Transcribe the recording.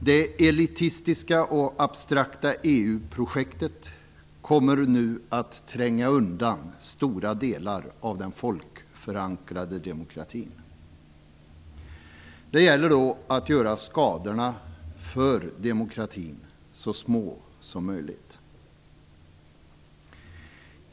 Det elitistiska och abstrakta EU-projektet kommer nu att tränga undan stora delar av den folkförankrade demokratin. Det gäller då att göra skadorna för demokratin så små som möjligt.